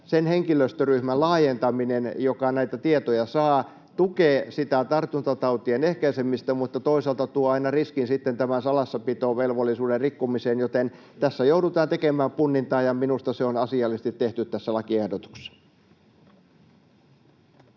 sen henkilöstöryhmän laajentaminen, joka näitä tietoja saa, tukee tartuntatautien ehkäisemistä mutta toisaalta tuo aina riskin sitten salassapitovelvollisuuden rikkomiseen, joten tässä joudutaan tekemään punnintaa, ja minusta se on asiallisesti tehty tässä lakiehdotuksessa.